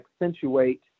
accentuate